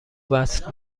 وصل